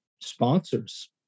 sponsors